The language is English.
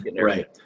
Right